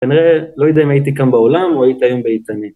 כנראה לא יודע אם הייתי כאן בעולם או הייתי היום באיתנים